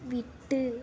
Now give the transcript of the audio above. விட்டு